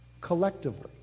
Collectively